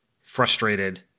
frustrated